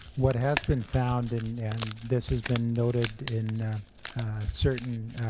what has been found, and this has been noted in certain